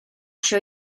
show